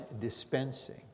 dispensing